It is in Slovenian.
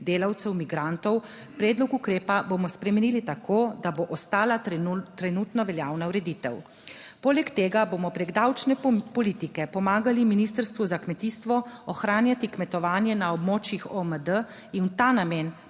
delavcev migrantov, predlog ukrepa bomo spremenili tako, da bo ostala trenutno veljavna ureditev. Poleg tega bomo preko davčne politike pomagali Ministrstvu za kmetijstvo ohranjati kmetovanje na območjih OMD in v ta namen